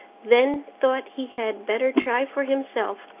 then thought he had better try for himself.